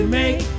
make